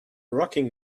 rocking